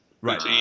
Right